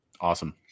Awesome